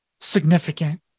significant